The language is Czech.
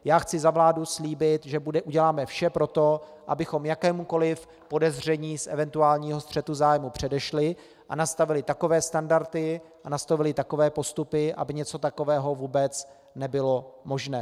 Já chci za vládu slíbit, že uděláme vše pro to, abychom jakémukoli podezření z eventuálního střetu zájmů předešli a nastavili takové standardy a takové postupy, aby něco takového vůbec nebylo možné.